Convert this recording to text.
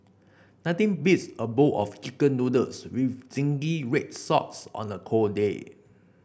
nothing beats a bowl of chicken noodles with zingy red sauce on the cold day